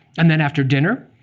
and then after dinner,